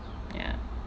ya